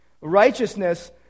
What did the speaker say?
Righteousness